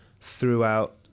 throughout